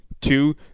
Two